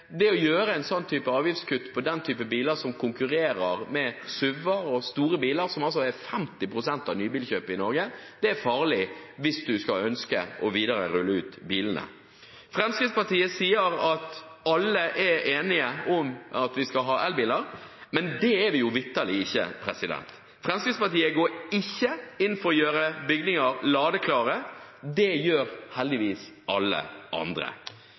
det å gjøre et sånt avgiftskutt på den typen biler som konkurrerer med SUV-er og store biler, som utgjør 50 pst. av nybilkjøp i Norge, er farlig hvis man videre skulle ønske å rulle ut bilene. Fremskrittspartiet sier at alle er enige om at vi skal ha elbiler, men det stemmer vitterlig ikke. Fremskrittspartiet går ikke inn for å gjøre bygninger ladeklare. Det gjør heldigvis alle andre.